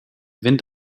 wind